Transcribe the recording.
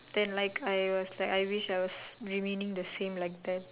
then like I was like I wish I was remaining the same like that